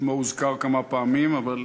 שמו הוזכר כמה פעמים, אבל